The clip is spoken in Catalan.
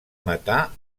matar